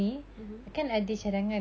mmhmm